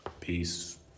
peace